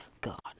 God